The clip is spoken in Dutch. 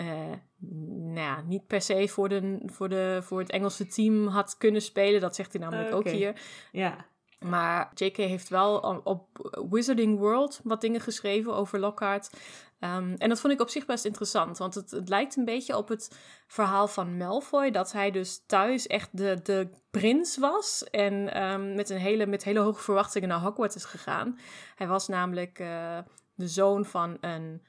eh, n- nou ja, niet per se voor de- voor de- voor het Engelse team had kunnen spelen. Dat zegt hij namelijk ook Oké. hier. Ja. Maar J.K. heeft wel al op Wizarding World wat dingen geschreven over Lockhart. Ehm, en dat vond ik op zich best interessant, want het- het lijkt een beetje op het verhaal van Malfoy, dat hij dus thuis echt de- de prins was en, ehm, met een hele- met hele hoge verwachtingen naar Hogwarts is gegaan. Hij was namelijk, eh, de zoon van een